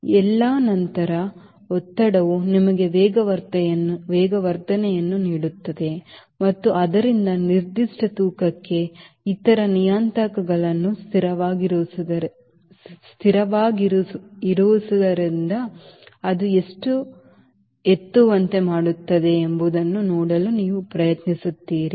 ಎಲ್ಲಾ ನಂತರ ಒತ್ತಡವು ನಿಮಗೆ ವೇಗವರ್ಧನೆಯನ್ನು ನೀಡುತ್ತದೆ ಮತ್ತು ಆದ್ದರಿಂದ ನಿರ್ದಿಷ್ಟ ತೂಕಕ್ಕೆ ಇತರ ನಿಯತಾಂಕಗಳನ್ನು ಸ್ಥಿರವಾಗಿರಿಸುವುದರಿಂದ ಅದು ಎಷ್ಟು ಎತ್ತುವಂತೆ ಮಾಡುತ್ತದೆ ಎಂಬುದನ್ನು ನೋಡಲು ನೀವು ಪ್ರಯತ್ನಿಸುತ್ತೀರಿ